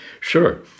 Sure